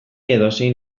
edozein